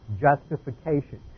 justification